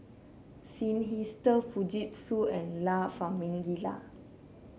Seinheiser Fujitsu and La Famiglia